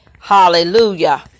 Hallelujah